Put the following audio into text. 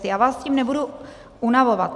Já vás s tím nebudu unavovat.